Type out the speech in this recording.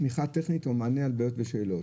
תמיכה טכנית או מענה על בעיות בשאלות.